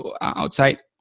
outside